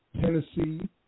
Tennessee